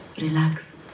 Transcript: relax